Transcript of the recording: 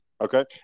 Okay